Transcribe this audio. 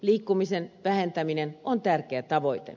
liikkumisen vähentäminen on tärkeä tavoite